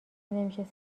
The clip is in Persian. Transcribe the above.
نمیشه